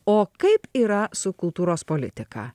o kaip yra su kultūros politika